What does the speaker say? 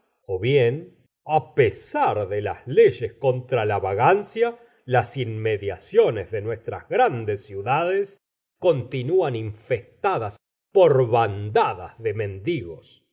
o bien ca pesar de las leyes contra la vagancia las inmediaciones de nuestras grandes ciudades continúan infestadas por bandadas de mendigos